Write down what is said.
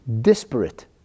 disparate